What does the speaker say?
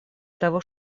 того